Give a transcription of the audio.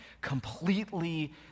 Completely